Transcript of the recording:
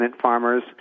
farmers